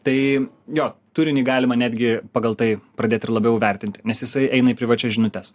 tai jo turinį galima netgi pagal tai pradėt ir labiau vertinti nes jisai eina į privačias žinutes